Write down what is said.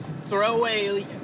throwaway